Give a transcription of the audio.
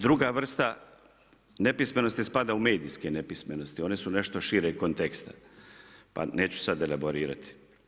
Druga vrsta nepismenosti spada u medijske nepismenosti one su nešto šireg konteksta pa neću sada elaborirati.